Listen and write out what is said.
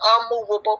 unmovable